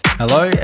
hello